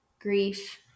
grief